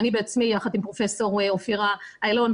אני בעצמי יחד עם פרופ' אופירה אילון,